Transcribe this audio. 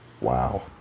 Wow